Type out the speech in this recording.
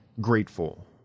grateful